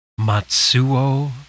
Matsuo